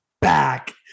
back